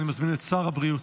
אני מזמין את שר הבריאות,